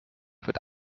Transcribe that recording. wird